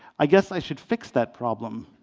i guess i should fix that problem.